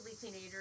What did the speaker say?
teenagers